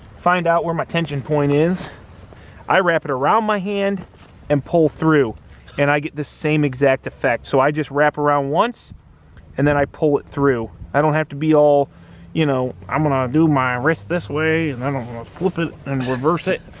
find out where my tension point is i wrap it around my hand and pull through and i get the same exact effect so i just wrap around once and then i pull it through i don't have to be all you know i'm gonna do my wrist this way and i don't fit and reverse it